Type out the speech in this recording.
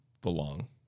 belong